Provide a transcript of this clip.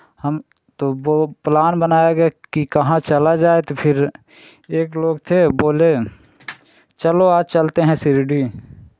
हम तो वो प्लान बनाया गया कि कहाँ चला जाए तो फिर एक लोग थे बोले चलो आज चलते हैं शिरडी